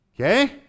Okay